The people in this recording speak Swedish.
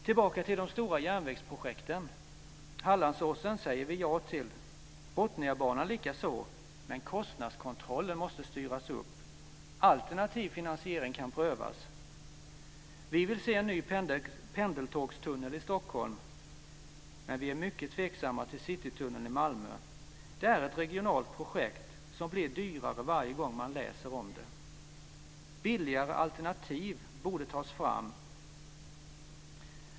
Tillbaka till de stora järnvägsprojekten: Hallandsåsen säger vi ja till, Botniabanan likaså, men kostnadskontrollen måste styras upp. Alternativ finansiering kan prövas. Vi vill se en ny pendeltågstunnel i Stockholm. Men vi är mycket tveksamma till Citytunneln i Malmö. Det är ett regionalt projekt som blir dyrare varje gång man läser om det. Billigare alternativ borde tas fram!